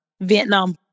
vietnam